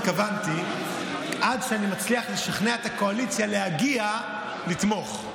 התכוונתי עד שאני מצליח לשכנע את הקואליציה להגיע לתמוך.